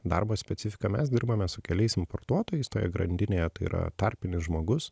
darbo specifika mes dirbame su keliais importuotojais toje grandinėje tai yra tarpinis žmogus